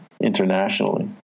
internationally